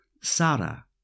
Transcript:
Sarah